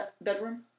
bedroom